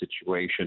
situation